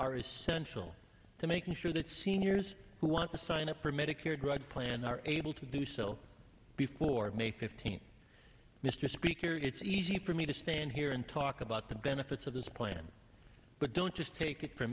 are essential to making sure that seniors who want to sign up for medicare drug plan are able to do so before may fifteenth mr speaker it's easy for me to stand here and talk about the benefits of this plan but don't just take it f